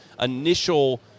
initial